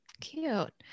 Cute